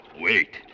Wait